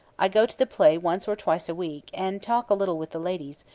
i go to the play once or twice a week, and talk a little with the ladies,